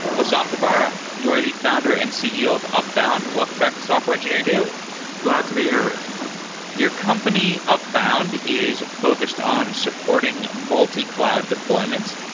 um tabbara, you are the founder and ceo of upbound. welcome back to software engineering daily glad to be here your company, upbound, is focused on supporting multi-cloud deployments,